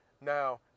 Now